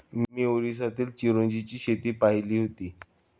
मी ओरिसातील चिरोंजीची शेती पाहिली होती